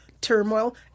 turmoil